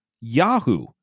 Yahoo